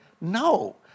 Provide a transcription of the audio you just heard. No